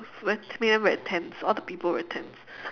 like made them very tense all the people very tense